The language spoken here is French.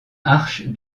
arche